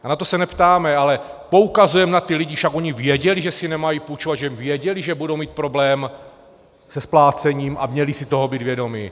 A na to se neptáme, ale poukazujeme na ty lidi však oni věděli, že si nemají půjčovat, věděli, že budou mít problém se splácením, a měli si toho být vědomi.